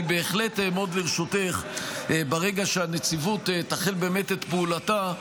אני בהחלט מאוד לרשותך ברגע שהנציבות תחל באמת את פעולתה,